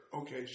Okay